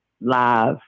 live